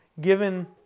given